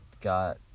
got